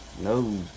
No